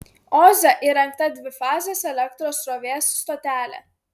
oze įrengta dvifazės elektros srovės stotelė